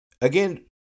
again